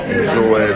enjoy